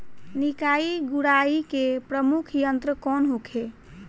निकाई गुराई के प्रमुख यंत्र कौन होखे?